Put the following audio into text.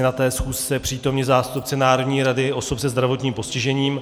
Na té schůzce byli přítomni zástupci Národní rady osob se zdravotním postižením.